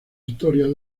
historia